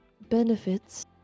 benefits